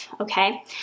Okay